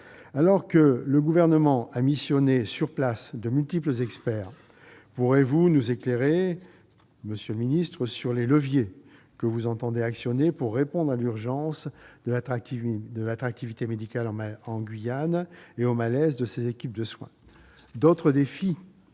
Alors que le Gouvernement a missionné sur place de multiples experts, pouvez-vous nous éclairer, monsieur le secrétaire d'État, sur les leviers que vous entendez actionner pour répondre à l'urgence de l'attractivité médicale de la Guyane et au malaise de ses équipes de soins ?